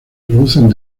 producen